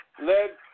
Led